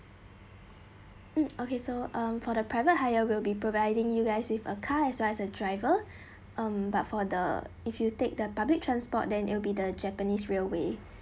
mm okay so um for the private hire will be providing you guys with a car as well as a driver um but for the if you take the public transport then it will be the japanese railway